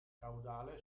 caudale